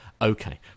Okay